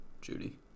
Judy